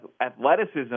athleticism